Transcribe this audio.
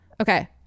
Okay